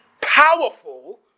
powerful